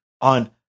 on